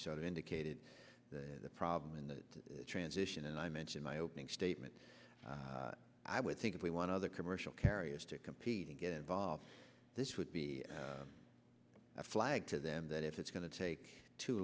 you indicated the problem in the transition and i mentioned my opening statement i would think if we want other commercial carriers to compete and get involved this would be a flag to them that if it's going to take too